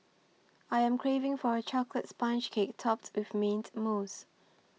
I am craving for a Chocolate Sponge Cake Topped with Mint Mousse